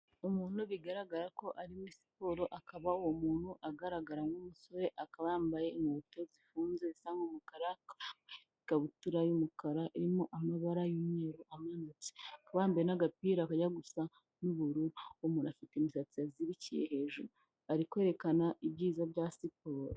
Umuntu bigaragara ko ari muri siporo akaba umuntu agaragara nk'umusore akaba yambaye inkweto zifunze zisa umukara ikabutura y'umukara irimo amabara y'umweru amanutse akamba yambaye n'agapira kajya gusa n'ubururu umuntu afite imisatsi yazirikiye hejuru ari kwerekana ibyiza bya siporo.